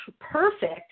perfect